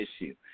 issue